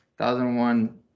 2001